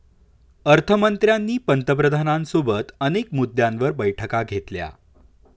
अर्थ मंत्र्यांनी पंतप्रधानांसोबत अनेक मुद्द्यांवर बैठका घेतल्या